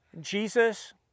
Jesus